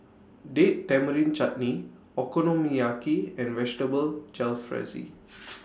Date Tamarind Chutney Okonomiyaki and Vegetable Jalfrezi